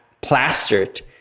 plastered